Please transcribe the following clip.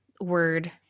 word